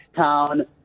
town